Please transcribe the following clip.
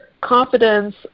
confidence